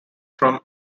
from